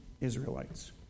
Israelites